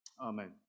Amen